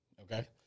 Okay